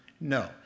No